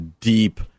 deep